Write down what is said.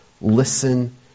Listen